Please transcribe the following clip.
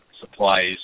supplies